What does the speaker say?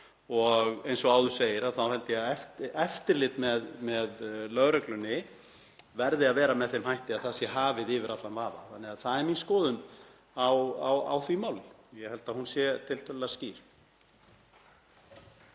Eins og áður segir þá held ég að eftirlit með lögreglunni verði að vera með þeim hætti að það sé hafið yfir allan vafa. Það er mín skoðun á því máli og ég held að hún sé tiltölulega skýr.